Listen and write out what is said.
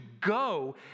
go